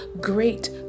great